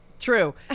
true